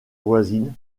voisine